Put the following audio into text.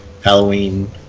halloween